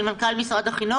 של מנכ"ל משרד החינוך?